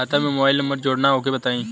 खाता में mobile number जोड़ना ओके बताई?